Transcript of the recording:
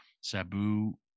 Sabu